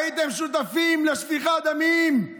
הייתם שותפים לשפיכת דמים,